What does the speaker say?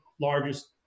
largest